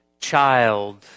child